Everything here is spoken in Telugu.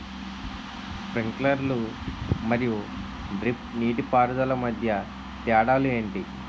స్ప్రింక్లర్ మరియు డ్రిప్ నీటిపారుదల మధ్య తేడాలు ఏంటి?